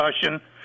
discussion